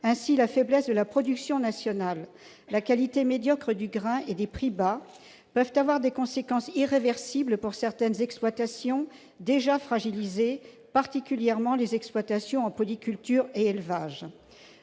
Ainsi, la faiblesse de la production nationale, la qualité médiocre du grain et des prix bas peuvent avoir des conséquences irréversibles pour certaines exploitations, déjà fragilisées, particulièrement celles de polyculture d'élevage,